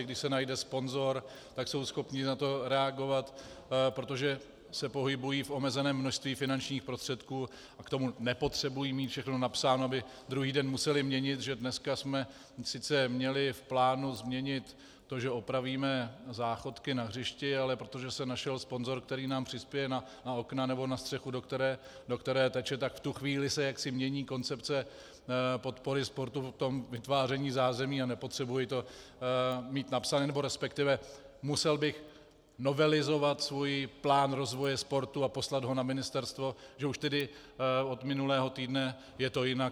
Když se najde sponzor, tak jsou schopny na to reagovat, protože se pohybují v omezeném množství finančních prostředků, a k tomu nepotřebují mít všechno napsáno, aby druhý den musely měnit, že dnes jsme sice měli v plánu změnit to, že opravíme záchodky na hřišti, ale protože se našel sponzor, který nám přispěje na okna nebo na střechu, do které teče, tak v tu chvíli se jaksi mění koncepce podpory sportu ve vytváření zázemí a nepotřebuji to mít napsané, resp. musel bych novelizovat svůj plán rozvoje sportu a poslat ho na ministerstvo, že už tedy od minulého týdne je to jinak, a podobně.